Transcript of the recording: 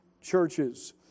churches